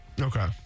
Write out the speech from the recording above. Okay